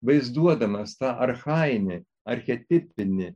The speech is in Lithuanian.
vaizduodamas tą archajinį archetipinį